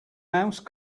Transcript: mouse